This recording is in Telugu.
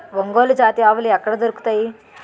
ఒంగోలు జాతి ఆవులు ఎక్కడ దొరుకుతాయి?